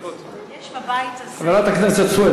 שיש בבית הזה חברת הכנסת סויד,